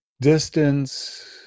distance